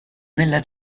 nella